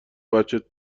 بچه